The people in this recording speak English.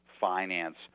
finance